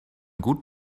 gut